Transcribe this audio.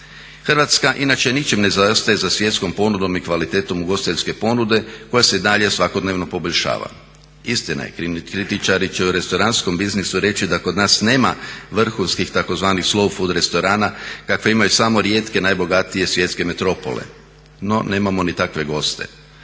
Hrvatska inače ničim ne zaostaje za svjetskom ponudom i kvalitetom ugostiteljske ponude koja se i dalje svakodnevno poboljšava. Istina je kritičari će se u restoranskom biznisu reći da kod nas nema vrhunskih tzv. slow food restorana kakve imaju samo rijetke najbogatije svjetske metropole. No nemamo ni takve goste.